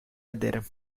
ederim